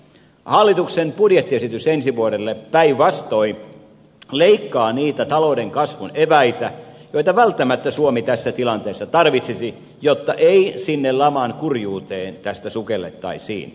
hallituksen budjettiesitys ensi vuodelle päinvastoin leikkaa niitä talouden kasvun eväitä joita välttämättä suomi tässä tilanteessa tarvitsisi jotta ei sinne laman kurjuuteen tästä sukellettaisi